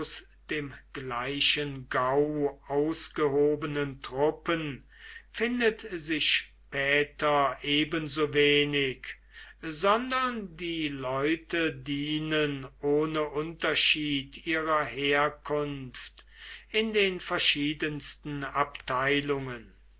dem gleichen gau ausgehobenen truppen findet sich später ebensowenig sondern die leute dienen ohne unterschied ihrer herkunft in den verschiedensten abteilungen